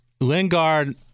Lingard